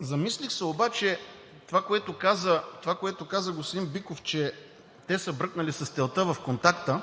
Замислих се за това, което каза господин Биков – че те са бръкнали с телта в контакта